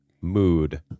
mood